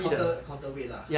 counter counter weight lah